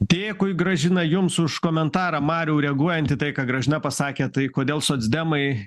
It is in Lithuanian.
dėkui gražina jums už komentarą mariau reaguojant į tai ką gražna pasakė tai kodėl socdemai